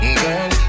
girl